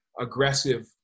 aggressive